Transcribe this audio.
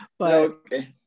Okay